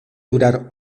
durar